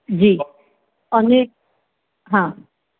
જી અને હા